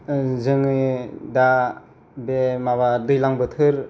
जोंनि दा बे माबा दैलां बोथोर